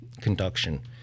conduction